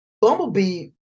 Bumblebee